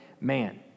man